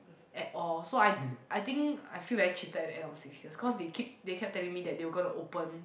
at all so I I think I feel very cheated at the end of the six years cause they keep they kept telling me that they're gonna open